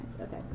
Okay